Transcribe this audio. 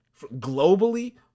globally